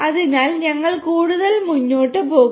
അതിനാൽ ഞങ്ങൾ കൂടുതൽ മുന്നോട്ട് പോകും